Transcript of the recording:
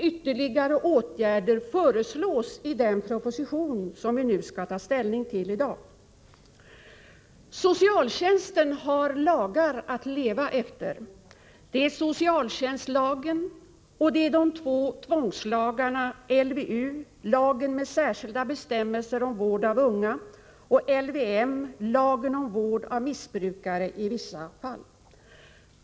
Ytterligare åtgärder föreslås i den proposition som vi i dag skall ta ställning till. Socialtjänsten har lagar att leva efter — nämligen socialtjänstlagen och de båda tvångslagarna LVU, lagen med särskilda bestämmelser om vård av unga, och LVM, lagen om vård av missbrukare i vissa fall.